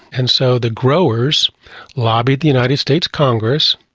and so the growers lobbied the united states congress,